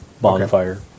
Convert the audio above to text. bonfire